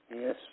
Yes